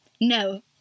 No